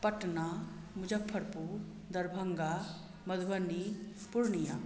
Patna Muzaffarpur Darbhanga Madhubani Purnia